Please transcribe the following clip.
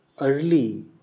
early